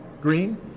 green